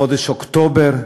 בחודש אוקטובר,